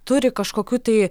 turi kažkokių tai